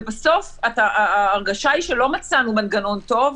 ובסוף ההרגשה היא שלא מצאנו מנגנון טוב,